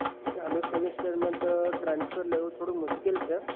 ચાલુ સેમિસ્ટરમાં તો ટ્રાન્સફર લેવું થોડું મુશ્કેલ છે